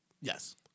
Yes